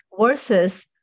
Versus